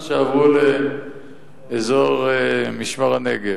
שעברו לאזור משמר-הנגב.